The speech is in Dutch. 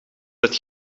het